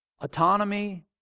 autonomy